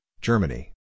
Germany